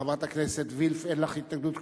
חברת הכנסת וילף, אין לך התנגדות.